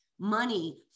money